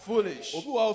Foolish